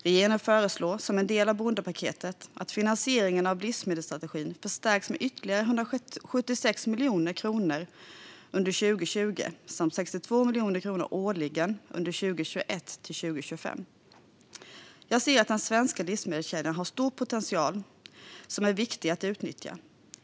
Regeringen föreslår som en del av ett bondepaket att finansieringen av livsmedelsstrategin förstärks med ytterligare 176 miljoner kronor under 2020 samt 62 miljoner kronor årligen under 2021-2025. Jag anser att den svenska livsmedelskedjan har en stor potential som är viktig att utnyttja.